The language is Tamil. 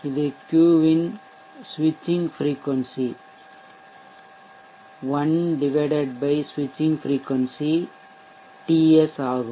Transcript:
இது Q இன் சுவிட்ச்சிங் ஃப்ரிக்கொன்சி அதிர்வெண் 1 ÷ சுவிட்ச்சிங் ஃப்ரிக்கொன்சி TS ஆகும்